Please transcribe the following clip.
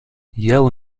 yell